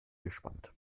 gespannt